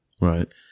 right